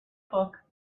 book